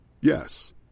Yes